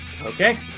Okay